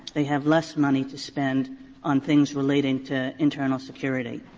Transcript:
they have less money to spend on things relating to internal security.